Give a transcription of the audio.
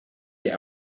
die